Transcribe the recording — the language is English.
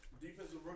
defensive